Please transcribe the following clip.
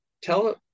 tell